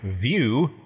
View